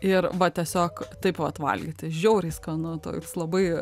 ir va tiesiog taip pat valgyti žiauriai skanu toks labai